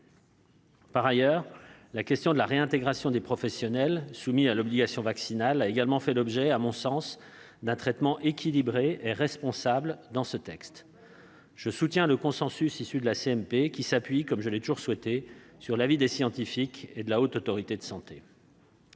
Par ailleurs, la question de la réintégration des professionnels soumis à l'obligation vaccinale a également fait l'objet, à mon sens, d'un traitement équilibré et responsable. Je soutiens le consensus issu de la commission mixte paritaire, qui s'appuie, comme je l'ai toujours souhaité, sur l'avis des scientifiques et de la Haute Autorité de santé.